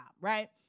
right